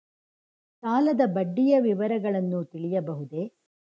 ಸಾಲದ ಬಡ್ಡಿಯ ವಿವರಗಳನ್ನು ತಿಳಿಯಬಹುದೇ?